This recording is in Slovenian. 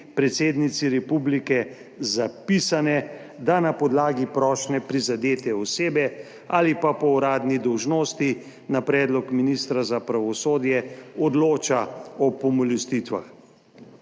predsednici republike zapisane, da na podlagi prošnje prizadete osebe ali pa po uradni dolžnosti na predlog ministra za pravosodje odloča o pomilostitvah.